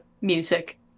music